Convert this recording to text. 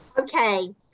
Okay